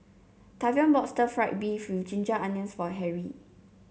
Tavion bought Stir Fried Beef with Ginger Onions for Harry